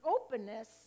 openness